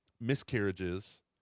miscarriages